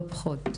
לא יותר.